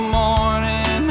morning